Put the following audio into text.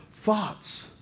thoughts